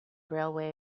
railway